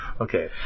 Okay